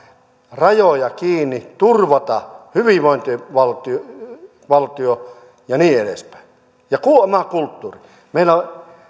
rajoja kiinni turvata hyvinvointivaltion ja niin edespäin ja oma kulttuuri meillä on